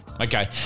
Okay